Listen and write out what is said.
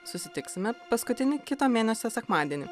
susitiksime paskutinį kito mėnesio sekmadienį